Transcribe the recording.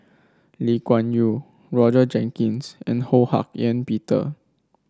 Lee Kuan Yew Roger Jenkins and Ho Hak Ean Peter